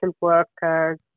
workers